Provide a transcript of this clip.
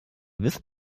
wissen